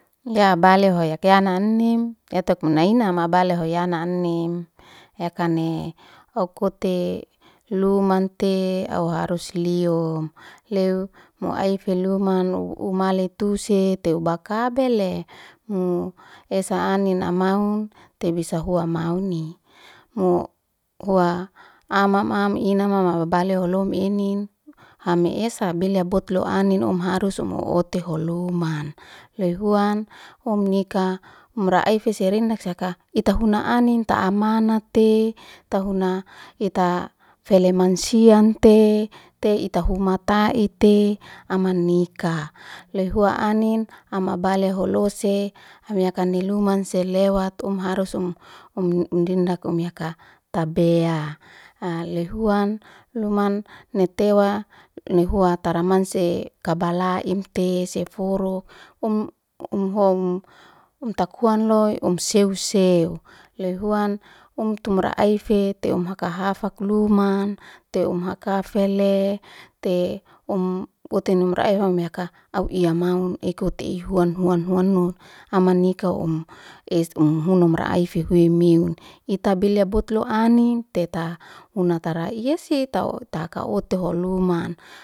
Ya bale hoyak ya annim ya tok naina ma bale hoya annim yakan ne okut'te luman te au harus liom leo mu ai filuman umule tu se te ubakabele mu esa annin amahun tebisa hua mauni mu hua am ma am ina ma babale holom inin hamiesa bilya botlo annin um harus umu ot'te holuman lehuan omnika umra ai feserinnak sia ka itahuna annin ta amanat te tahuna ita felem mansian te te ita huma ta'it te aman nika lehua annin ama bale holo se ami yakan ni luman selewat um harus um um um dindak um ya ka tabea. a lehuan luman ne tewa nai huwa tara manse kabala imte seforu um um hom utakuan loi um seu seu lehuan umtumura aife teum haka hafak luman teum um haka fe le te um ute numra'ai hum ya ka au iyamaun ikut ihwan huan huan no amanika um es umu hunhun rumu ai fehew miun ita belya botlo annin te ta una tara ia si ta ta ka ota ho oluman